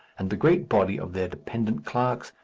and the great body of their dependent clerks,